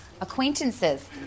Acquaintances